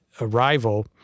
arrival